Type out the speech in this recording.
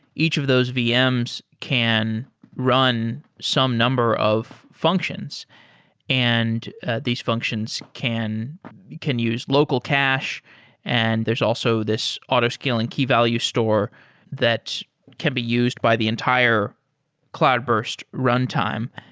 each of those vm's can run some number of functions and ah these functions can can use local cache and there's also this autoscaling key value store that can be used by the entire cloudburst runtime.